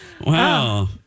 Wow